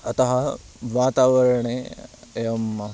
अतः वातावरणे एवं